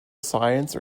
science